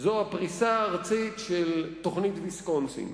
זו הפריסה הארצית של תוכנית ויסקונסין.